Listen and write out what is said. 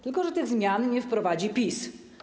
Tylko że tych zmian nie wprowadzi PiS.